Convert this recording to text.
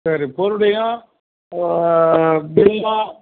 சரி பொருளையும் பில்லும்